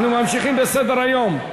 אנחנו ממשיכים בסדר-היום.